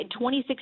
2016